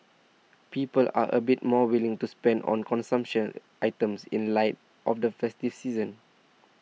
people are a bit more willing to spend on consumption items in light of the festive season